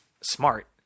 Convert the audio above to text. smart